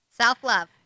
self-love